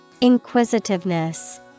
Inquisitiveness